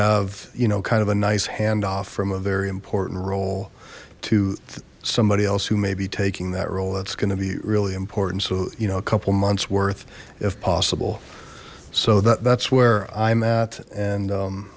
have you know kind of a nice handoff from a very important role to somebody else who may be taking that role that's going to be really important so you know a couple months worth if possible so that that's where i'm at and